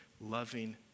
loving